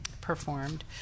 performed